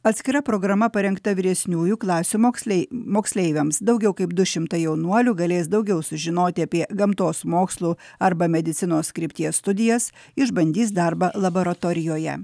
atskira programa parengta vyresniųjų klasių mokslei moksleiviams daugiau kaip du šimtai jaunuolių galės daugiau sužinoti apie gamtos mokslų arba medicinos krypties studijas išbandys darbą laboratorijoje